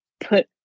put